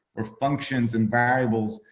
or functions and variables.